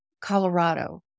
Colorado